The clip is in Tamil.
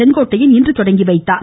செங்கோட்டையன் இன்று தொடங்கி வைத்தார்